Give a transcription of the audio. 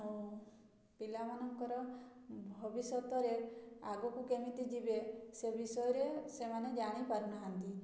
ଆଉ ପିଲାମାନଙ୍କର ଭବିଷ୍ୟତରେ ଆଗକୁ କେମିତି ଯିବେ ସେ ବିଷୟରେ ସେମାନେ ଜାଣିପାରୁନାହାଁନ୍ତି